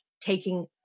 taking